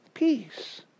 Peace